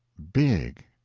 big.